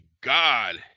God